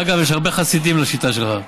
אגב, יש הרבה חסידים לשיטה שלך.